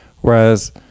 Whereas